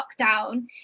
lockdown